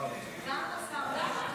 מבינים מה המחיר של